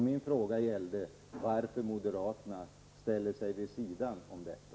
Min fråga löd: Varför ställer sig moderaterna vid sidan av detta?